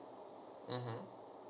mmhmm